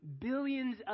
billions